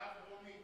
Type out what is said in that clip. קו דרומי,